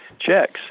checks